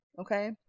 Okay